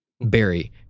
Barry